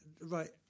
right